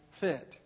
fit